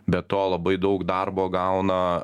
be to labai daug darbo gauna